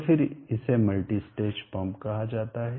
तो फिर इसे मल्टी स्टेज पंप कहा जाता है